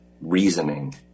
reasoning